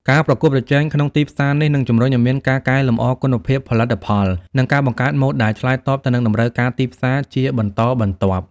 ការប្រកួតប្រជែងក្នុងទីផ្សារនេះ នឹងជម្រុញឲ្យមានការ កែលម្អគុណភាពផលិតផល និង ការបង្កើតម៉ូដដែលឆ្លើយតបទៅនឹងតម្រូវការទីផ្សារ ជាបន្តបន្ទាប់។